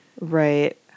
Right